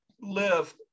live